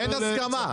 אין הסכמה.